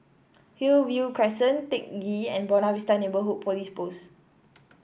Hillview Crescent Teck Ghee and Buona Vista Neighbourhood Police Post